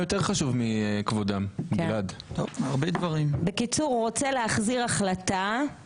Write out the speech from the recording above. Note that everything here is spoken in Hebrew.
גם בחוקה -- בגלל שהיינו צריכים בשביל חלק מהמשחק